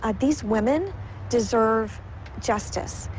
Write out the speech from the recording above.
ah these women deserve justice.